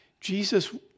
Jesus